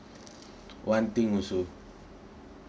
one thing also